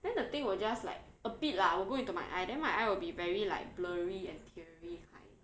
then the thing will just like a bit lah would go into my eye then my eye will be very like blurry and teary kind